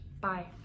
Bye